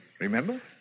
Remember